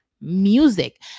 music